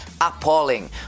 appalling